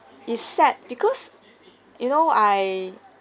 is sad because you know I